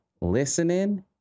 listening